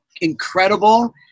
incredible